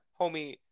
homie